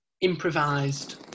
improvised